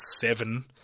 seven